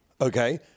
okay